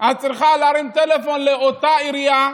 את צריכה להרים טלפון לאותה עירייה,